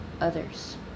others